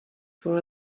for